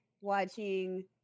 watching